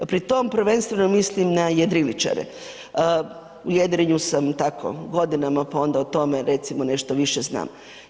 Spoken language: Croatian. Pri tom prvenstveno mislim na jedriličare, u jedrenju sam tako godina pa onda o tome recimo nešto više znam.